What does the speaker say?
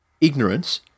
Ignorance